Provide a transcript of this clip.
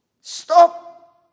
stop